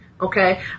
okay